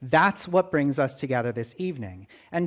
that's what brings us together this evening and